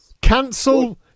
cancel